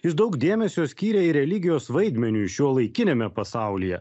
jis daug dėmesio skyrė ir religijos vaidmeniui šiuolaikiniame pasaulyje